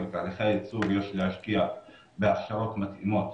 בתהליכי הייצור יש להשקיע בהרשאות מתאימות.